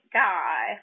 guy